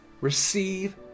receive